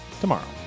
tomorrow